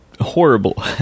horrible